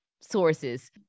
sources